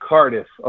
Cardiff